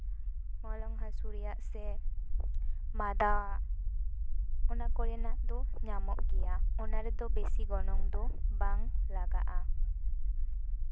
ᱢᱚᱞᱚᱝ ᱦᱟᱹᱥᱩ ᱨᱮᱭᱟᱜ ᱥᱮ ᱢᱟᱸᱫᱟ ᱚᱱᱟ ᱠᱚ ᱨᱮᱱᱟᱜ ᱫᱚ ᱧᱟᱢᱚᱜ ᱜᱮᱭᱟ ᱚᱱᱟ ᱨᱮᱫᱚ ᱵᱮᱥᱤ ᱜᱚᱱᱚᱝ ᱫᱚ ᱵᱟᱝ ᱞᱟᱜᱟᱜᱼᱟ